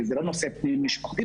כי זה לא נושא פלילי משפחתי,